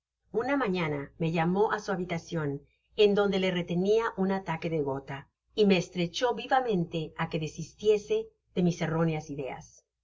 una mañana me llamó á su habitacion en donde le retenia un ataque de gota y me estrechó vivamente á que desistiese de mis erróneas ideas